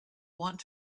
want